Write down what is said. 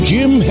Jim